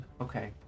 Okay